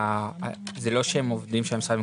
זה לא שהם עובדים של המשרד,